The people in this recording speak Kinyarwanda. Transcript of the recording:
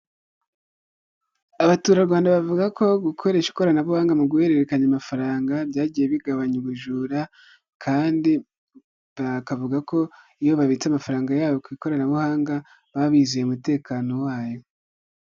Abaturarwanda bavuga ko gukoresha ikoranabuhanga mu guhererekanya amafaranga byagiye bigabanya ubujura kandi bakavuga ko iyo babitse amafaranga yabo ku ikoranabuhanga baba bizeye umutekano wayo.